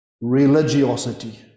religiosity